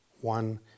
one